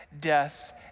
death